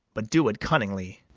but do it cunningly.